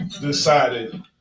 decided